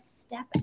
step